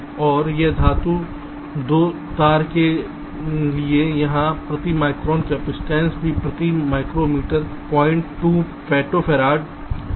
और इस धातु 2 तार के लिए यहाँ प्रति माइक्रोन कैपेसिटेंस भी प्रति माइक्रोमीटर प्रति 02 फेम्टो फैरड है